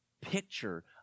picture